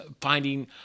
finding